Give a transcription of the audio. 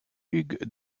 hugh